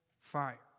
fire